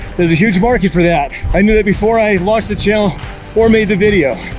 there's a huge market for that. i knew that before i launched the channel or made the video.